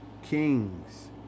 Kings